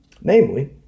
Namely